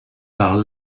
par